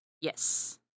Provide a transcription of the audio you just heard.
Yes